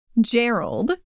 Gerald